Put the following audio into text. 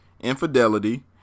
infidelity